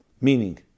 Meaning